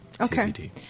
okay